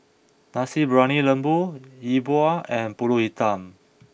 Nasi Briyani Lembu Yi Bua and Pulut Hitam